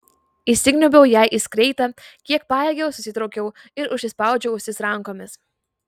įsikniaubiau jai į skreitą kiek pajėgiau susitraukiau ir užsispaudžiau ausis rankomis